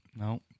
no